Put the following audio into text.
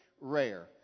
rare